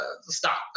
stop